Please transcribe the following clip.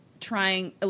trying